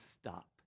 stop